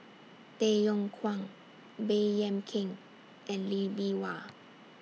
Tay Yong Kwang Baey Yam Keng and Lee Bee Wah